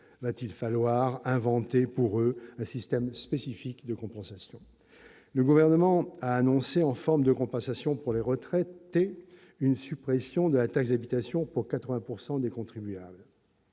va-t-il falloir inventer pour le système spécifique de compensation, le gouvernement a annoncé en forme de compensation pour les retraités, une suppression de la taxe d'habitation pour 80 pourcent des des contribuables.